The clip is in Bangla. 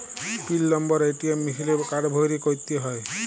পিল লম্বর এ.টি.এম মিশিলে কাড় ভ্যইরে ক্যইরতে হ্যয়